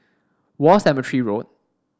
War Cemetery Road